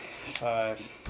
Five